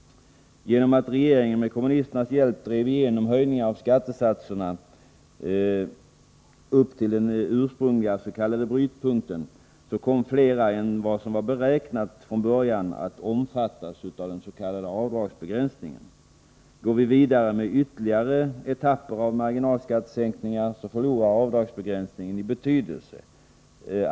Genom att regeringen med kommunisternas hjälp drev igenom höjningar av skattesatserna upp till den ursprungliga s.k. brytpunkten, kom flera än det var beräknat från början att omfattas av avdragsbegränsningen. Går vi vidare med ytterligare etapper av marginalskattesänkningar, förlorar avdragsbegränsningen i betydelse.